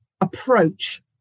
approach